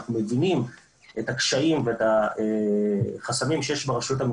אנחנו מבינים את הקשיים ואת החסמים שיש ברשויות המקומיות.